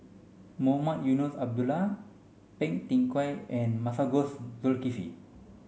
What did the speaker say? Mohamed Eunos Abdullah Phua Thin Kiay and Masagos Zulkifli